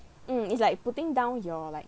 mm it's like putting down your like